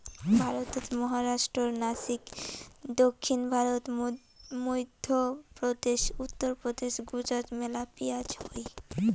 ভারতত মহারাষ্ট্রর নাসিক, দক্ষিণ ভারত, মইধ্যপ্রদেশ, উত্তরপ্রদেশ, গুজরাটত মেলা পিঁয়াজ হই